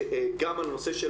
גם הנושא של